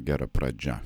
gera pradžia